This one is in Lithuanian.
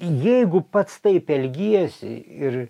jeigu pats taip elgiesi ir